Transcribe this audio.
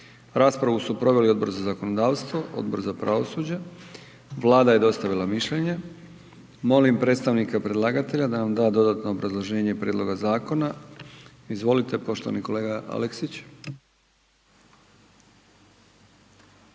Raspravu su proveli Odbor za zakonodavstvo, Odbor za pravosuđe. Vlada je dostavila mišljenje. Molim predstavnika predlagatelja da nam da dodatno obrazloženje prijedloga zakona. Izvolite poštovani kolega Aleksić.